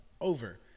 over